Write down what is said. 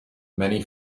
many